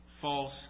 false